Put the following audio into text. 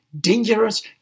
dangerous